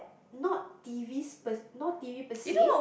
not T_V speci~ not T_V per se